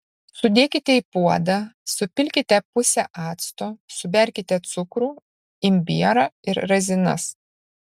sudėkite į puodą supilkite pusę acto suberkite cukrų imbierą ir razinas